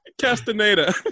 Castaneda